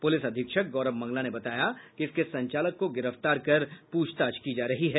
police अधीक्षक गौरव मंगला ने बताया इसके संचालक को गिरफ्तार कर गहन प्रछताछ की जा रही है